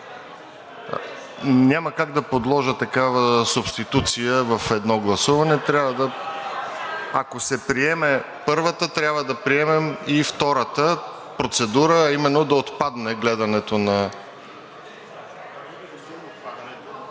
Няма как да подложа такава субституция в едно гласуване, трябва да... Ако се приеме първата, трябва да приемем и втората процедура, а именно да отпадне гледането на…